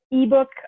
ebook